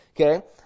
Okay